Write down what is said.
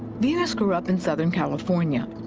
venus grew up in southern california.